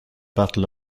battle